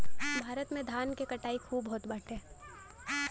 भारत में धान के कटाई खूब होत बाटे